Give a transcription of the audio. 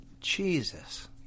Jesus